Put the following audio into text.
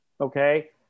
okay